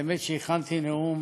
האמת, הכנתי נאום